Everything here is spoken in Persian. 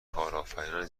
کارآفرینان